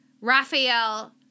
Raphael